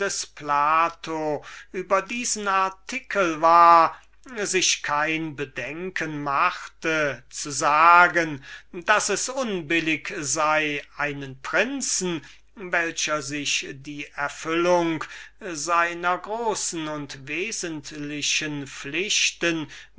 plato über diesen artikel war sich kein bedenken machte zu sagen daß es unbillig sei einen prinzen welcher sich die erfüllung seiner großen und wesentlichen pflichten